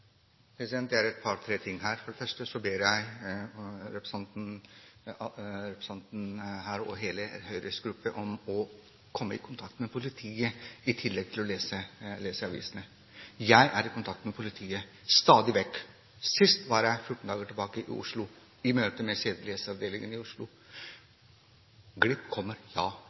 et par tre ting her: For det første ber jeg representanten og hele Høyres gruppe om å komme i kontakt med politiet i tillegg til å lese avisene. Jeg er i kontakt med politiet stadig vekk. Sist var jeg – for 14 dager siden – i møte med sedelighetsavdelingen i Oslo. Glipp